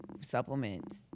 supplements